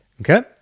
Okay